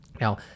Now